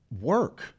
work